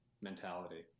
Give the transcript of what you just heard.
mentality